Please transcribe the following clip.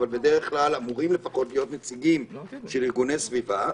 אבל בדרך כלל אמורים לפחות להיות נציגים של ארגוני סביבה.